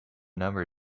number